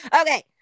Okay